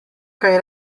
kaj